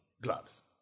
gloves